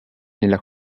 nella